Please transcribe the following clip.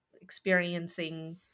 experiencing